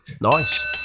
Nice